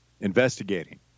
investigating